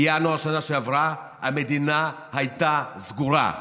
בינואר בשנה שעברה המדינה הייתה סגורה,